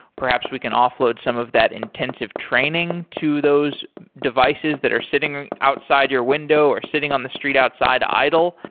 perhaps we can offload some of that intensive training to those devices that are sitting outside your window, or sitting on the street outside to idle.